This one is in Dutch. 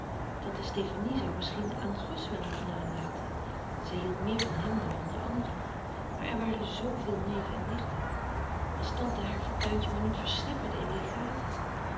tante stefanie zoû misschien aan gus wel wat nalaten zij hield meer van hèm dan van de anderen maar er waren zoo veel neven en nichten als tante haar fortuintje maar niet versnipperde in legaten